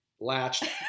latched